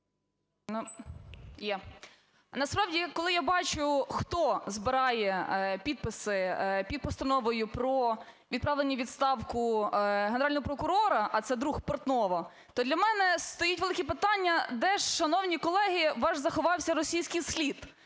С.А. Насправді, коли я бачу, хто збирає підписи під Постановою про відправлення у відставку Генерального прокурора, а це друг Портнова, то для мене стоїть велике питання: де ж, шановні колеги, ваш заховався російський слід?